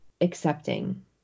accepting